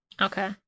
Okay